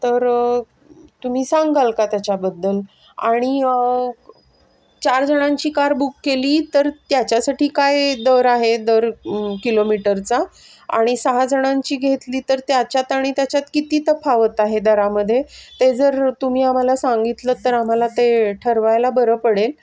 तर तुम्ही सांगाल का त्याच्याबद्दल आणि चारजणांची कार बुक केली तर त्याच्यासाठी काय दर आहे दर किलोमीटरचा आणि सहाजणांची घेतली तर त्याच्यात आणि त्याच्यात किती तफावत आहे दरामध्ये ते जर तुम्ही आम्हाला सांगितलंत तर आम्हाला ते ठरवायला बरं पडेल